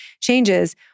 changes